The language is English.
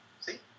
See